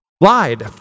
lied